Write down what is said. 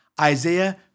Isaiah